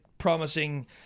promising